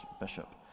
bishop